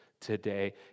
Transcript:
today